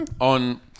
on